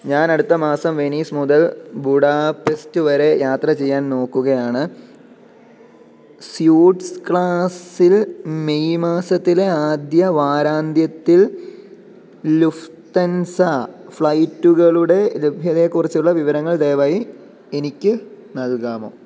ഞാനടുത്ത മാസം വെനീസ് മുതൽ ബുഡാപെസ്റ്റ് വരെ യാത്ര ചെയ്യാൻ നോക്കുകയാണ് സ്യൂട്ട്സ് ക്ലാസിൽ മെയ് മാസത്തിലെ ആദ്യ വാരാന്ത്യത്തിൽ ലുഫ്താൻസ ഫ്ലൈറ്റുകളുടെ ലഭ്യതയെക്കുറിച്ചുള്ള വിവരങ്ങൾ ദയവായി എനിക്കു നൽകാമോ